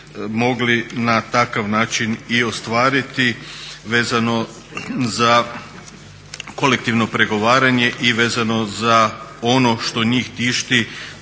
mogli na takav način i ostvariti vezano za kolektivno pregovaranje i vezano za ono što njih tišti